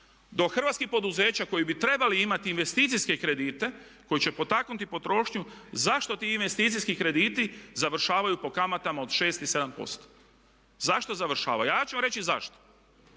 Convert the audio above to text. do hrvatskih poduzeća koji bi trebali imati investicijske kredite koji će potaknuti potrošnju zašto ti investicijski krediti završavaju po kamatama od 6 i 7%? Zašto završavaju? Ja ću vam reći zašto.